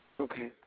Okay